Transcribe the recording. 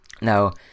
Now